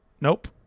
Nope